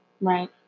Right